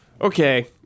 Okay